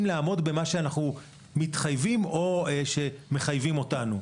לעמוד במה אנחנו מתחייבים או שמחייבים אותנו.